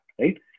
right